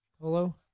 Hello